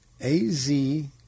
A-Z